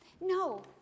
no